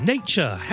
Nature